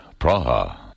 Praha